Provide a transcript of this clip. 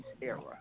era